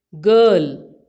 Girl